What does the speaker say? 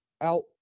out